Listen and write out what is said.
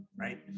right